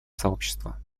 сообщества